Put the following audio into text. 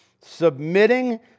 submitting